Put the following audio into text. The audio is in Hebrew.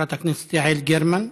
חברת הכנסת יעל גרמן,